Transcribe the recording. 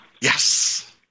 Yes